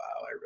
wow